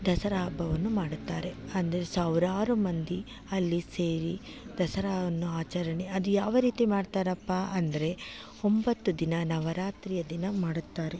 ದಸರಾ ಹಬ್ಬವನ್ನು ಮಾಡುತ್ತಾರೆ ಅಂದ್ರೆ ಸಾವಿರಾರು ಮಂದಿ ಅಲ್ಲಿ ಸೇರಿ ದಸರಾವನ್ನು ಆಚರಣೆ ಅದು ಯಾವ ರೀತಿ ಮಾಡ್ತಾರಪ್ಪ ಅಂದರೆ ಒಂಬತ್ತು ದಿನ ನವರಾತ್ರಿಯ ದಿನ ಮಾಡುತ್ತಾರೆ